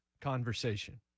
conversation